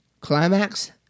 climax